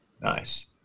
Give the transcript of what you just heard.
Nice